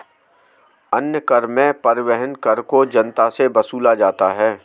अन्य कर में परिवहन कर को जनता से वसूला जाता है